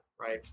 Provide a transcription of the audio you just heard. Right